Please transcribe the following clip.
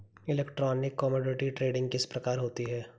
Electronic commodity trading किस प्रकार होती है?